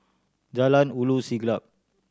Jalan Ulu Siglap